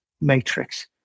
matrix